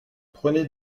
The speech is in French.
prenez